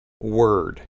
word